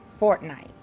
Fortnite